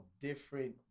different